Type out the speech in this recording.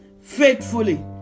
faithfully